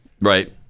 Right